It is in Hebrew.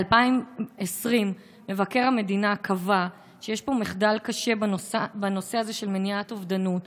ב-2020 קבע מבקר המדינה שיש מחדל קשה בנושא של מניעת אובדנות.